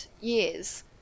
years